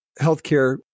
healthcare